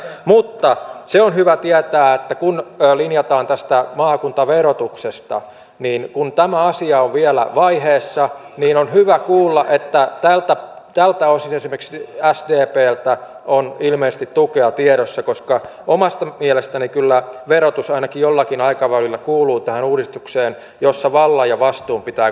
mutta se on hyvä tietää että kun linjataan tästä maakuntaverotuksesta niin kun tämä asia on vielä vaiheessa on hyvä kuulla että tältä osin esimerkiksi sdpltä on ilmeisesti tukea tiedossa koska omasta mielestäni kyllä verotus ainakin jollakin aikavälillä kuuluu tähän uudistukseen jossa vallan ja vastuun pitää kohdata toisensa